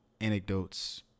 anecdotes